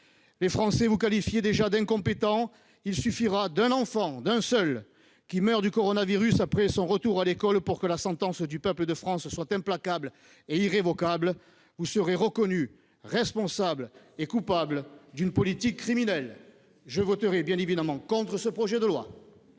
Les Français vous qualifiaient déjà d'incompétents. Il suffira d'un enfant, d'un seul enfant qui meurt du coronavirus après son retour à l'école pour que la sentence du peuple de France tombe, implacable et irrévocable : vous serez reconnus responsables et coupables d'une politique criminelle ! Je voterai bien entendu contre ce projet de loi.